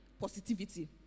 Positivity